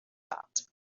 thought